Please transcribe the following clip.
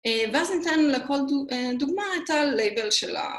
ואז ניתן לכל דוגמה את ה-label שלה